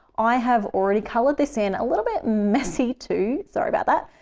i have already colored this in a little bit messy, too. sorry about that,